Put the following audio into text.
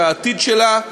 שהעתיד שלה קשה,